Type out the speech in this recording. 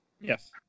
Yes